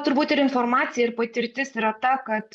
turbūt ir informacija ir patirtis yra ta kad